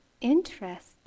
interest